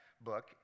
book